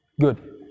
Good